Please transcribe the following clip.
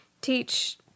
teach